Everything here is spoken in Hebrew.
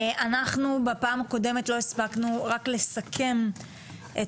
אנחנו בפעם הקודמת לא הספקנו רק לסכם את